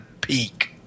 peak